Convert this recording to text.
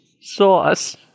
sauce